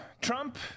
Trump